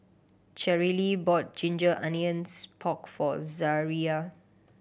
Cherrelle bought ginger onions pork for Zaria